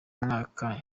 mwaka